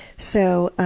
so